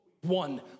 one